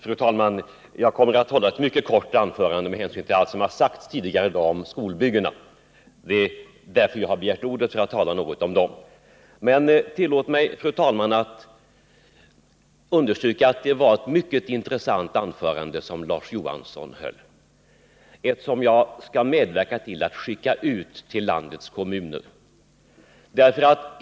Fru talman! Jag kommer att hålla ett mycket kort anförande, med hänsyn till allt som har sagts tidigare om skolbyggena. Jag har begärt ordet för att tala något om dem. Men tillåt mig, fru talman, att först understryka att det var ett mycket intressant anförande som Larz Johansson höll, ett anförande som jag skall medverka till att det blir utskickat till landets kommuner.